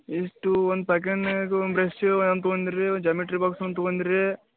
ಎಷ್ಟು ಒಂದು ಪೈಕಾನ್ಯಾಗ ಒಂದು ಬ್ರಷ್ಷು ತಗೊಂಡಿರಿ ಜಾಮಿಟ್ರಿ ಬಾಕ್ಸ್ ಒಂದು ತಗೊಂಡಿರಿ